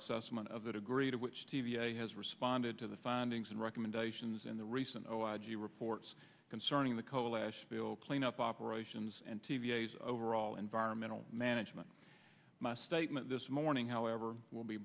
assessment of the degree to which t v has responded to the findings and recommendations in the recent zero i g reports concerning the coal ash spill cleanup operations and t v s overall environmental management my statement this morning however will be